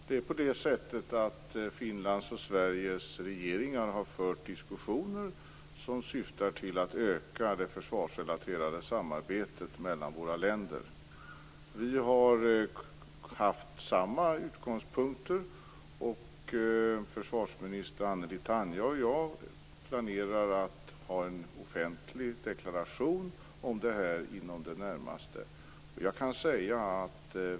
Fru talman! Finlands och Sveriges regeringar har fört diskussioner som syftar till att öka det försvarsrelaterade samarbetet mellan våra länder. Vi har haft samma utgångspunkter, och försvarsminister Anneli Taina och jag planerar att göra en offentlig deklaration om detta inom den närmaste tiden.